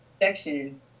section